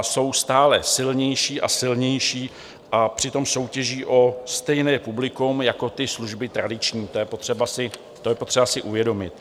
Jsou stále silnější a silnější, a přitom soutěží o stejné publikum jako ty služby tradiční, to je potřeba si uvědomit.